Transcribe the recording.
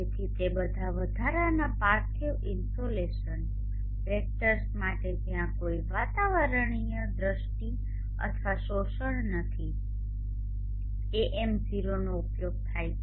તેથી તે બધા વધારાના પાર્થિવ ઇન્સોલેશન વેક્ટર્સ માટે જ્યાં કોઈ વાતાવરણીય દ્રષ્ટિ અથવા શોષણ નથી AM0 નો ઉપયોગ થાય છે